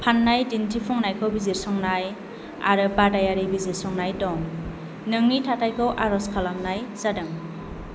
फान्नाय दिन्थिफुंनायखौ बिजिरसंनाय आरो बादायारि बिजिरसंनाय दं नोंनि थाथायखौ आरज खालामनाय जादों